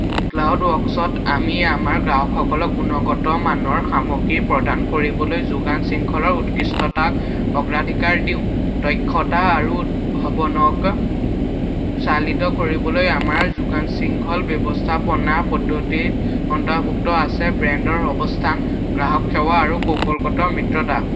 ক্লাউডৱৰ্কছত আমি আমাৰ গ্ৰাহকসকলক গুণগত মানৰ সামগ্ৰী প্ৰদান কৰিবলৈ যোগান শৃংখলৰ উৎকৃষ্টতাক অগ্ৰাধিকাৰ দিওঁ দক্ষতা আৰু উদ্ভাৱনক চালিত কৰিবলৈ আমাৰ যোগান শৃংখল ব্যৱস্থাপনা পদ্ধতিত অন্তৰ্ভুক্ত আছে ব্ৰেণ্ডৰ অৱস্থান গ্ৰাহক সেৱা আৰু কৌশলগত মিত্ৰতা